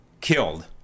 killed